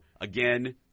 again